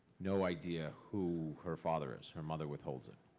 no idea who her father is. her mother withholds it.